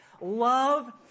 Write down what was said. Love